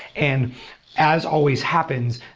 and as always happens,